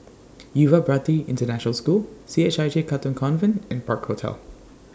Yuva Bharati International School C H I J Katong Convent and Park Hotel